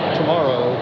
tomorrow